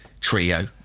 trio